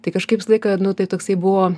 tai kažkaip visą laiką nu tai toksai buvo